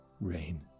rain